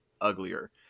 uglier